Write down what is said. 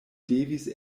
devis